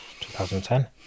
2010